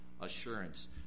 assurance